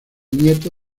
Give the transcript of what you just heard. nieto